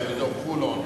זה היה באזור חולון,